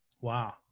Wow